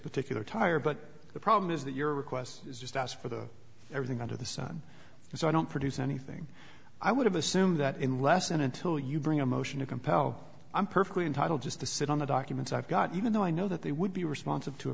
particular tire but the problem is that your requests just ask for the everything under the sun so i don't produce anything i would have assumed that unless and until you bring a motion to compel i'm perfectly entitled just to sit on the documents i've got even though i know that they would be responsive to